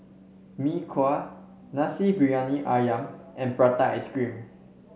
Mee Kuah Nasi Briyani ayam and Prata Ice Cream